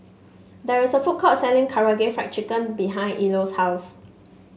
there is a food court selling Karaage Fried Chicken behind Ilo's house